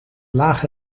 lage